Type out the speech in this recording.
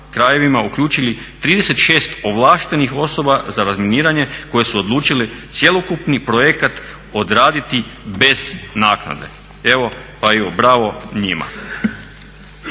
krajevima uključili 36 ovlaštenih osoba za razminiranje koje su odlučile cjelokupni projekat odraditi bez naknade. Evo pa bravo njima.